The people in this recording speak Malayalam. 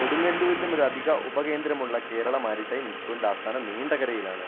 കൊടുങ്ങല്ലൂരിലും ഒരധിക ഉപകേന്ദ്രമുള്ള കേരള മാരിടൈം ഇൻസ്റ്റിട്ട്യൂട്ടിൻ്റെ ആസ്ഥാനം നീണ്ടകരയിലാണ്